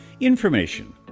Information